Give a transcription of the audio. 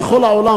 בכל העולם,